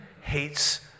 hates